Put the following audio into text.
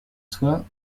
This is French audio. soi